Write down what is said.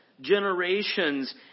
generations